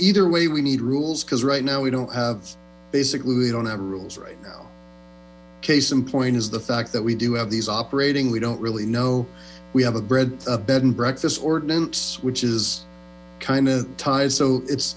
either way we need rules because right now we don't have basically we don't have rules right now case in point is the fact that we do have these operating we don't really know we have a bed a bed and breakfast ordinance which is kind of tired so it's